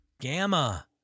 Gamma